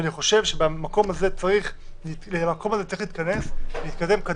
אני חושב שצריך להתכנס אל המקום הזה,